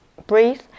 Breathe